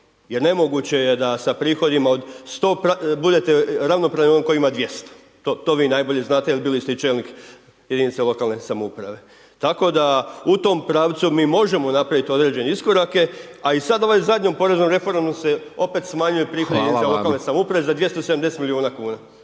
Jer nemoguće je da sa prihodima od 100, budete ravnopravni onom tko ima 200, to vi najbolje znate jer bili ste i čelnik jedinice lokalne samouprave. Tako da, u tom pravcu mi možemo napraviti određene iskorake, a i sad ovaj zadnjom poreznom reformom se opet smanjuje prihodi…/Upadica: Hvala vam./…jedinicama lokakne samouprave za 270 milijuna kuna.